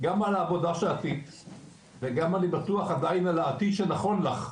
גם על העבודה שעשית וגם אני בטוח עדיין על העתיד שנכון לך,